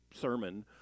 sermon